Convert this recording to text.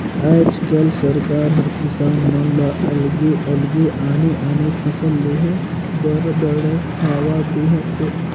आयज कायल सरकार हर किसान मन ल अलगे अलगे आने आने फसल लेह बर बड़हावा देहत हे